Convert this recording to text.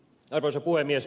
arvoisa puhemies